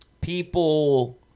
people